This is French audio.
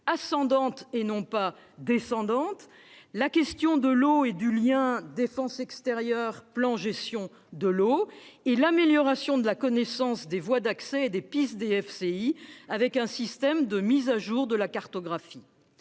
ascendante et non descendante ; la question de l'eau et du lien entre DFCI et plans de gestion en eau ; et l'amélioration de la connaissance des voies d'accès et des pistes DFCI avec un système de mise à jour de la cartographie.